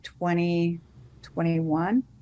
2021